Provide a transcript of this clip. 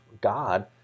God